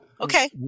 Okay